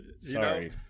sorry